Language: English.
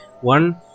One